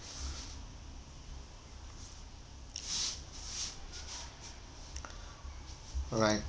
right